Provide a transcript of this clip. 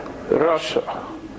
Russia